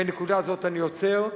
בנקודה הזאת אני עוצר,